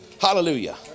Hallelujah